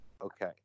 Okay